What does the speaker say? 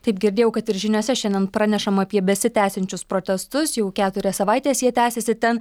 taip girdėjau kad ir žiniose šiandien pranešama apie besitęsiančius protestus jau keturias savaites jie tęsiasi ten